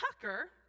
Tucker